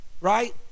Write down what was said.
right